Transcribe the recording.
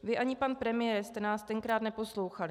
Vy ani pan premiér jste nás tenkrát neposlouchali.